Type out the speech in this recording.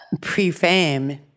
Pre-fame